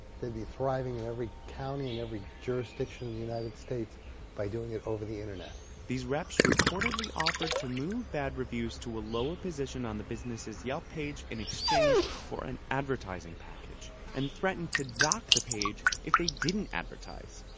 they'd be thriving in every county and every jurisdiction in the united states by doing it over the internet. these reps reportedly offered to move bad reviews to a lower position on the businesses yelp page in exchange for an advertising package and threatened to dock the page if they didn't advertise.